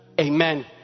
Amen